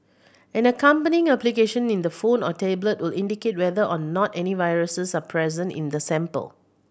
an accompanying application in the phone or tablet will indicate whether or not any viruses are present in the sample